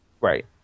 Right